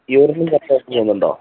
യൂറിനും കറക്റ്റായ്ട്ട് പോകുന്നുണ്ടോ